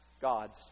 gods